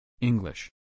English